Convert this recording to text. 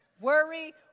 Worry